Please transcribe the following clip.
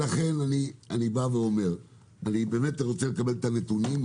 אני רוצה לקבל את הנתונים.